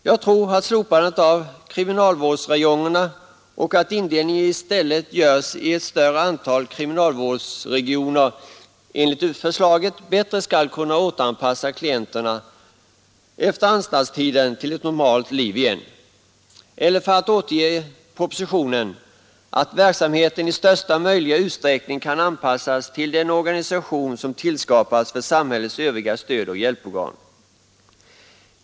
Jag tror att slopandet av kriminalvårdsräjongerna och i stället en indelning i ett större antal kriminalvårdsregioner, såsom nu föreslås, skall vara bättre ägnat att återanpassa klienterna efter anstaltstiden till ett normalt liv igen. Eller, för att citera propositionen, ”att verksamheten i största möjliga utsträckning kan anpassas till den organisation som tillskapats för samhällets övriga stödoch hjälporgan”.